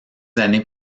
années